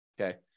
okay